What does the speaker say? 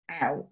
out